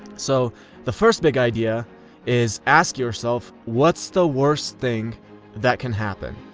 so the first big idea is ask yourself, what's the worst thing that can happen?